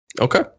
Okay